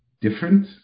different